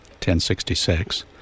1066